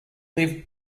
lived